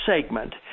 segment